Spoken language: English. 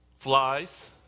Flies